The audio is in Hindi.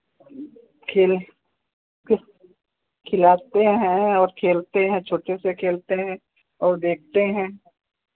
खेल खिलाते हैं और खेलते हैं छोटे से खेलते हैं और देखते हैं